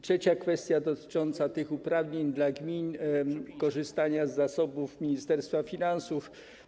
Trzecia kwestia dotycząca uprawnień dla gmin, korzystania z zasobów Ministerstwa Finansów.